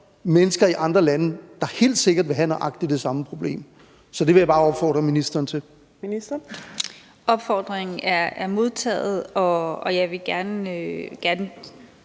mennesker i andre lande, der helt sikkert vil have nøjagtig det samme problem. Så det vil jeg bare opfordre ministeren til. Kl. 13:09 Fjerde næstformand (Trine